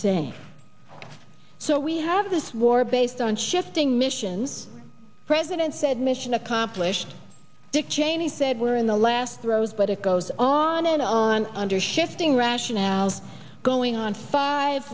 same so we have this war based on shifting missions president said mission accomplished dick cheney said we're in the last throes but it goes on and on under shifting rationale for going on five